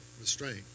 restraint